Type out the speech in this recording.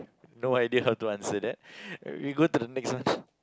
no idea how to answer that we go to the next one